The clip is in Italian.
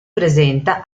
presenta